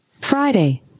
Friday